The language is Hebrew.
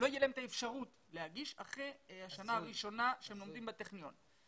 אפשרות להגיש אחרי השנה הראשונה שהם לומדים בטכניון.